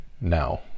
now